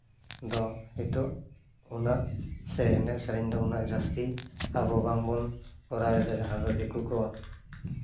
ᱫᱚ ᱱᱤᱛᱚᱜ ᱩᱱᱟᱹᱜ ᱥᱮ ᱮᱱᱮᱡ ᱥᱮᱨᱮᱧ ᱫᱚ ᱩᱱᱟᱹᱜ ᱡᱟᱹᱥᱛᱤ ᱟᱵᱚ ᱵᱟᱝᱵᱚᱱ ᱠᱚᱨᱟᱣ ᱮᱫᱟ ᱡᱟᱦᱟᱸ ᱫᱚ ᱫᱤᱠᱩ ᱠᱚ